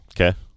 Okay